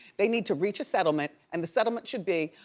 they need to reach a settlement and the settlement should be,